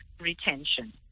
retention